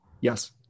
Yes